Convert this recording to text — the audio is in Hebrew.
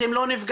אתם לא נפגשים,